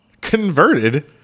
converted